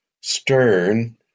Stern